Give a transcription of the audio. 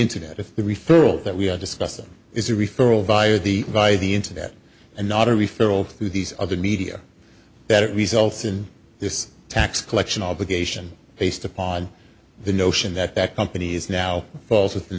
internet if the referral that we are discussing is a referral via the via the internet and not a referral through these other media that results in this tax collection obligation based upon the notion that companies now falls within